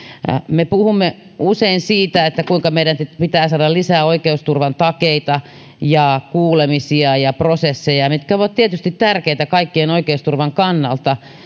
me puhumme usein siitä kuinka meidän pitää saada lisää oikeusturvan takeita ja kuulemisia ja prosesseja mitkä ovat tietysti tärkeitä kaikkien oikeusturvan kannalta